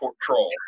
troll